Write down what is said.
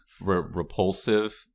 repulsive